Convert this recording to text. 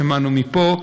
שמענו מפה.